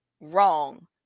wrong